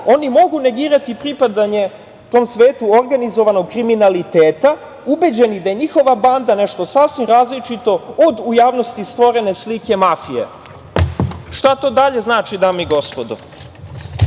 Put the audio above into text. Oni mogu negirati pripadanje tom svetu organizovanog kriminaliteta ubeđeni da je njihova banda nešto sasvim različito od u javnosti stvorene slike mafije“.Šta to dalje znači, dame i gospodo?